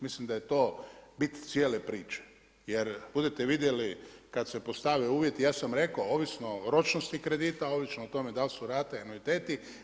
Mislim da je to bit cijele priče, jer budete vidjeli kada se postave uvjeti, ja sam rekao, ovisno o ročnosti kredita, ovisno o tome dal su rate, anuiteti.